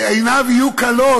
עיניו יהיו כלות,